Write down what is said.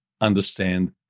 understand